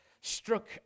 Struck